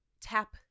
tap